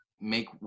make